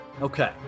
Okay